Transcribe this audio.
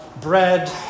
bread